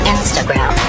Instagram